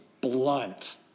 blunt